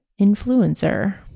influencer